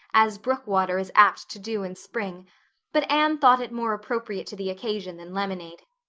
as brook water is apt to do in spring but anne thought it more appropriate to the occasion than lemonade.